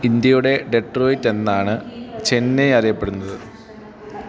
ഇന്ത്യയുടെ ഡെട്രോയിറ്റെന്നാണ് ചെന്നൈ അറിയപ്പെടുന്നത്